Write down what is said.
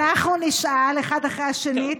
אנחנו נשאל אחד אחרי השני,